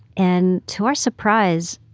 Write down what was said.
and to our surprise,